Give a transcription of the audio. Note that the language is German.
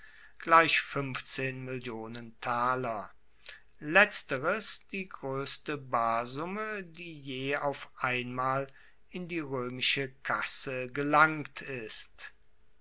mill taler letzteres die groesste barsumme die je auf einmal in die roemische kasse gelangt ist